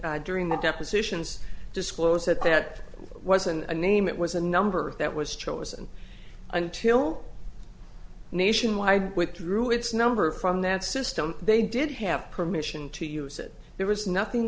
during the depositions disclosed that that wasn't a name that was a number that was chosen until nationwide withdrew its number from that system they did have permission to use it there was nothing